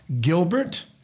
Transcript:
Gilbert